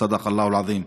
זה מאלוהים.)